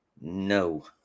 No